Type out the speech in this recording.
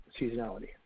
seasonality